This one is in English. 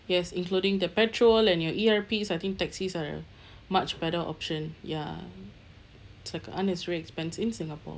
yes including the petrol and your E_R_Ps I think taxis are a much better option ya it's like unnecessary expense in singapore